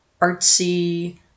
artsy